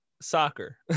soccer